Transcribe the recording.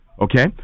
Okay